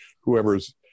whoever's